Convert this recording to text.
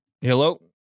Hello